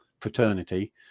fraternity